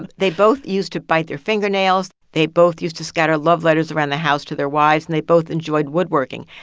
but they both used to bite their fingernails. they both used to scatter love letters around the house to their wives. and they both enjoyed woodworking.